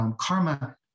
karma